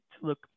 look